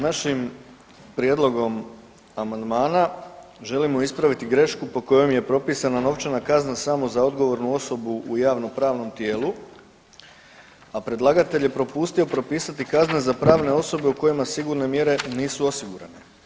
Našim prijedlogom amandmana želimo ispraviti grešku po kojom je propisana novčana kazna samo za odgovornu osobu u javnopravnom tijelu, a predlagatelj je propustio propisati kazne za pravne osobe u kojima sigurne mjere nisu osigurane.